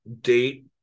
date